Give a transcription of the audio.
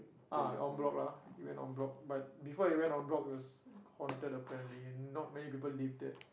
ah en-bloc lah it went en-bloc but before it went en-bloc it was haunted apparently and not many people live there